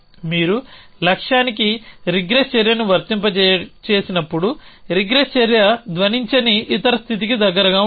మీరు లక్ష్యానికి రిగ్రెస్ చర్యను వర్తింపజేసినప్పుడు రిగ్రెస్ చర్య ధ్వనించని ఇతర స్థితికి దగ్గరగా ఉంటుంది